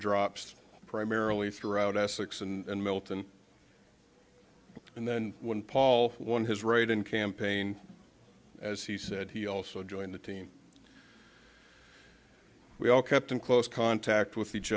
drops primarily throughout essex and milton and then when paul won his write in campaign as he said he also joined the team we all kept in close contact with each